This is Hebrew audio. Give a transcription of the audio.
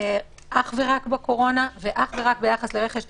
אך ורק בקורונה, ואך ורק ביחס לרכש דחוף.